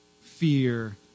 Fear